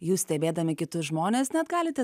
jūs stebėdami kitus žmones net galite